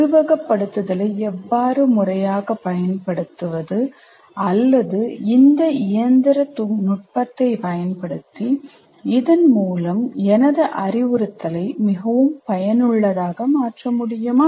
உருவகப்படுத்துதலை எவ்வாறு முறையாக பயன்படுத்துவது அல்லது இந்த இயந்திர நுட்பத்தை பயன்படுத்தி இதன் மூலம் எனது அறிவுறுத்தலை மிகவும் பயனுள்ளதாக மாற்ற முடியுமா